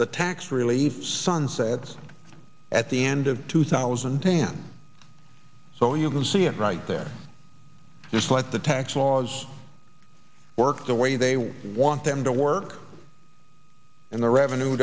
the tax relief sunsets at the end of two thousand pan so you can see it right there there's let the tax laws work the way they want them to work and the revenue